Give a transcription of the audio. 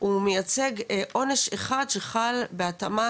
הוא מייצג עונש אחד שחל בהתאמה,